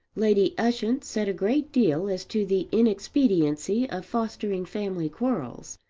lady ushant said a great deal as to the inexpediency of fostering family quarrels,